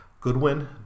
Goodwin